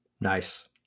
Nice